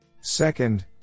second